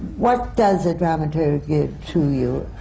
what does a dramaturg give to you?